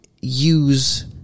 use